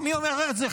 מי אומר את זה?